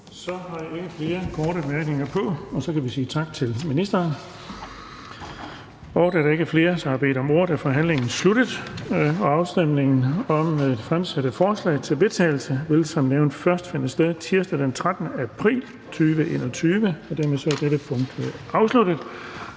Så er der ikke flere korte bemærkninger, og så kan vi sige tak til ministeren. Da der ikke er flere, som har bedt om ordet, er forhandlingen sluttet. Afstemning om fremsatte forslag til vedtagelse vil som nævnt først finde sted tirsdag, den 13. april 2021. --- Det sidste punkt på